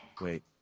Wait